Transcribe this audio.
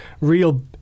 real